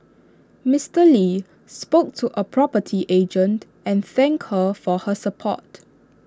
Mister lee spoke to A property agent and thank her for her support